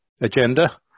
agenda